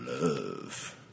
Love